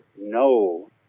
no